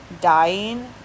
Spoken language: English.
dying